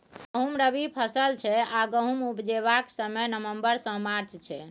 गहुँम रबी फसल छै आ गहुम उपजेबाक समय नबंबर सँ मार्च छै